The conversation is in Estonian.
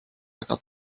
väga